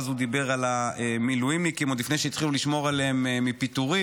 אז הוא דיבר על המילואימניקים עוד לפני שהתחילו לשמור עליהם מפיטורים,